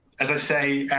as i say,